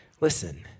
Listen